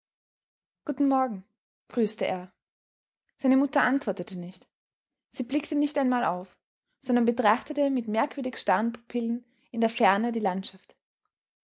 guten morgen grüßte er seine mutter antwortete nicht sie blickte nicht einmal auf sondern betrachtete mit merkwürdig starren pupillen in der ferne die landschaft